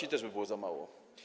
i też by było za mało.